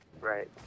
Right